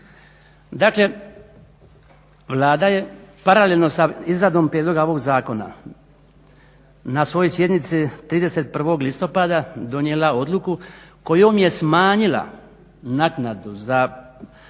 Dakle, Vlada je paralelno sa izradom prijedloga ovoga zakona na svojoj sjednici 31. listopada donijela odluku kojom je smanjila naknadu za